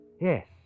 Yes